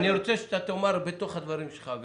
אני רוצה שאתה תאמר בתוך הדברים שלך.